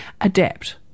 adapt